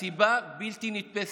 הסיבה בלתי נתפסת: